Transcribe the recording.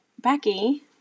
Becky